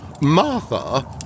Martha